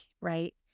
right